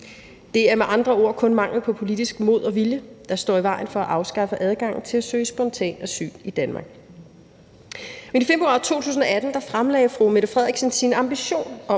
Det er med andre ord kun mangel på politisk mod og vilje, der står i vejen for at afskaffe adgangen til at søge spontant asyl i Danmark. I februar 2018 fremlagde fru Mette Frederiksen sin ambition om